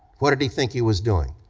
what did he think he was doing.